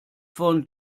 von